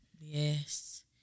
Yes